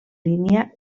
línia